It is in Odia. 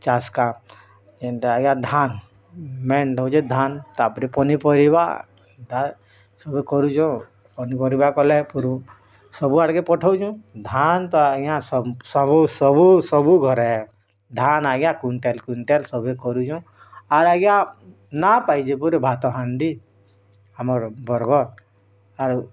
ଚାଷ୍ କାମ୍ ଯେନ୍ତା ଆଜ୍ଞା ଧାନ୍ ମେନ୍ ଟା ହଉଛେ ଧାନ୍ ତାପରେ ପନିପରିବା ଏନ୍ତା ସବେ କରୁଚୁଁ ପନିପରିବା କଲେ ସବୁ ଆଡ଼ିକେ ପଠଉଛୁଁ ଧାନ୍ ତ ଆଜ୍ଞା ସବ୍ ସବୁ ସବୁ ସବୁ ଘରେ ଧାନ୍ ଆଜ୍ଞା କ୍ୟୁଣ୍ଟାଲ୍ କ୍ୟୁଣ୍ଟାଲ୍ ସଭିଏ କରୁଛୁଁ ଆର୍ ଆଜ୍ଞା ନା ପାଇଛେ ବୋଲେ ଭାତ ହାଣ୍ଡି ଆମର ବରଗଡ଼୍ ଆରୁ